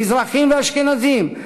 מזרחים ואשכנזים,